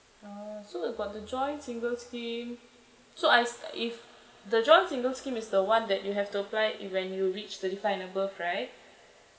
orh so about the joint singles scheme so I if the joint singles scheme is the one that you have to apply when you reach thirty five and above right